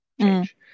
change